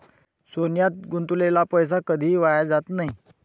सोन्यात गुंतवलेला पैसा कधीही वाया जात नाही